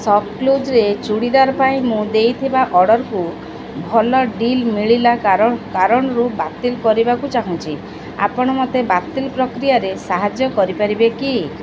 ସପ୍ କ୍ଲୁଜ୍ରେ ଚୁଡ଼ିଦାର ପାଇଁ ମୁଁ ଦେଇଥିବା ଅର୍ଡ଼ର୍କୁ ଭଲ ଡିଲ୍ ମିଳିଲା କାରଣରୁ ବାତିଲ କରିବାକୁ ଚାହୁଁଛି ଆପଣ ମୋତେ ବାତିଲ ପ୍ରକ୍ରିୟାରେ ସାହାଯ୍ୟ କରିପାରିବେ କି